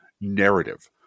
narrative